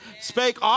spake